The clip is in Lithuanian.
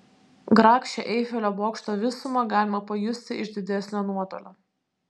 grakščią eifelio bokšto visumą galima pajusti iš didesnio nuotolio